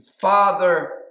father